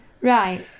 Right